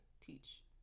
teach